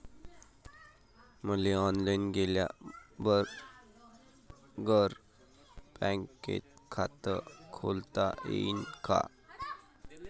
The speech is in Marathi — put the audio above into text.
मले ऑनलाईन गेल्या बगर बँकेत खात खोलता येईन का?